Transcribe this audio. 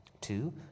Two